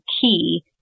key